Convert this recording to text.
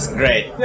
great